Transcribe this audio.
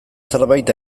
zerbait